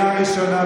קריאה ראשונה,